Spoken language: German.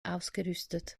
ausgerüstet